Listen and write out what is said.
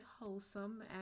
wholesome